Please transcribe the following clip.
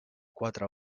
quatre